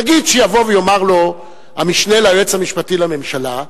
נגיד שיבוא ויאמר לו המשנה ליועץ המשפטי לממשלה,